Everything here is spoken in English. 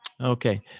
Okay